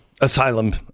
Asylum